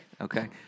okay